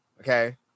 okay